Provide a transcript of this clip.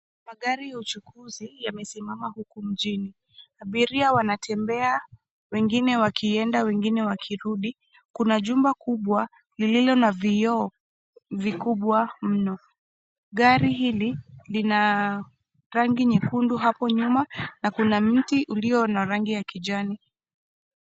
Magari ya uchukuzi yamesimama huku mjini. Abiria wanatembea, wengine wakienda, wengine wakirudi. Kuna jumba kubwa lililo na vioo vikubwa mno. Gari hili lina rangi nyekundu hapo nyuma na kuna mti ulio na rangi ya kijani.